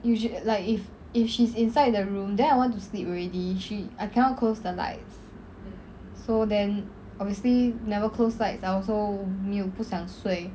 usually like if if she is inside the room then I want to sleep already she I cannot close the lights so then obviously never close lights I also 没有不想睡